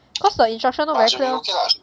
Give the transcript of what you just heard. cause their instruction not very clear